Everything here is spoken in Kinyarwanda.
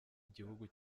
igihugu